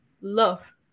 love